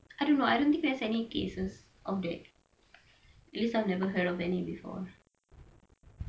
I don't know I don't think there is any cases of that at least I've never heard of any before